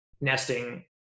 nesting